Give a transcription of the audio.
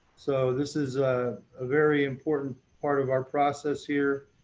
so, this is a very important part of our process here,